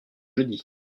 jeudi